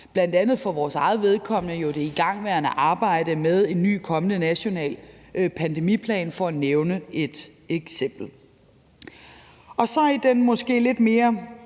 bl.a. for vores eget vedkommende det igangværende arbejde med en ny kommende national pandemiplan, for at nævne et eksempel. Så er der noget, der